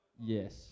Yes